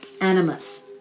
animus